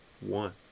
One